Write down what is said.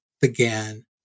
began